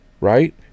right